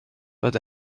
but